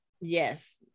Yes